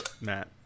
Matt